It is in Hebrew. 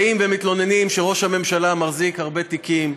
באים ומתלוננים שראש הממשלה מחזיק הרבה תיקים.